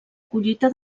collita